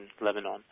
Lebanon